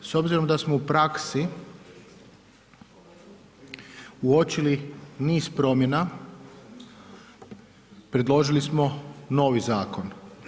S obzirom da smo u praksi uočili niz promjena predložili smo novi zakon.